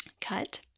Cut